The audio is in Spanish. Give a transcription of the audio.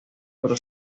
pero